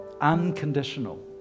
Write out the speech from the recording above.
unconditional